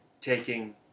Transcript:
taking